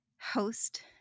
host